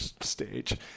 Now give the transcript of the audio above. stage